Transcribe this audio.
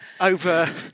over